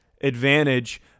advantage